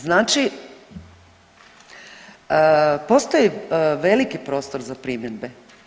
Znači postoji veliki prostor za primjedbe.